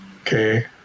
okay